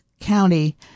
county